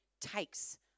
takes